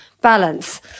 balance